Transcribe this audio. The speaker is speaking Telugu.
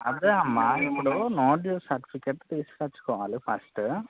అదే అమ్మ ఇప్పుడు నో డ్యూస్ సర్టిఫికెట్ తీసుకోవాలి ఫస్ట్